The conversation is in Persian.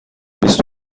بیست